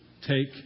take